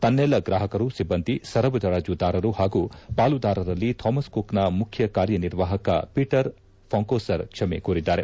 ತನ್ನೆಲ್ಲ ಗ್ರಾಹಕರು ಸಿಬ್ದಂದಿ ಸರಬರಾಜುದಾರರು ಪಾಗೂ ಪಾಲುದಾರರಲ್ಲಿ ಥಾಮಸ್ ಕುಕ್ನ ಮುಖ್ಯ ಕಾರ್ಯನಿರ್ವಾಪಕ ಪೀಟರ್ ಫಾಂಕೌಸರ್ ಕ್ಷಮ ಕೋರಿದ್ದಾರೆ